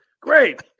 Great